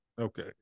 Okay